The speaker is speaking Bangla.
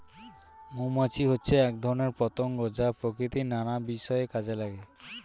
মৌমাছি হচ্ছে এক ধরনের পতঙ্গ যা প্রকৃতির নানা বিষয়ে কাজে লাগে